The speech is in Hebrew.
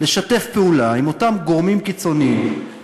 לשתף פעולה עם אותם גורמים קיצוניים,